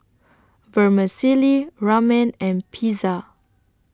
Vermicelli Ramen and Pizza